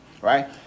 right